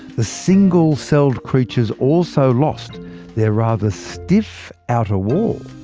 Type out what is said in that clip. the single-celled creatures also lost their rather stiff outer wall.